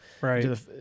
Right